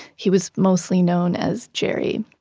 he was mostly known as gerry.